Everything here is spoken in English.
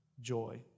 joy